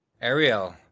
Ariel